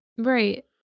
Right